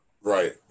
Right